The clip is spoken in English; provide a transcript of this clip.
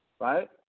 right